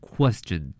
Question